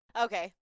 Okay